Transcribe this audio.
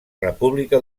república